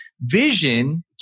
Vision